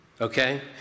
okay